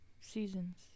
seasons